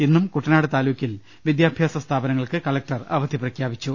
ഇന്നും കുട്ട നാട് താലൂക്കിൽ വിദ്യാഭ്യാസ സ്ഥാപനങ്ങൾക്ക് കലകൾ അവധി പ്രഖ്യാ പിച്ചിട്ടുണ്ട്